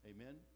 Amen